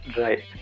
Right